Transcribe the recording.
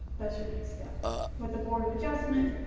that's your next step was the board of adjustment.